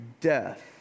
death